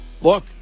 look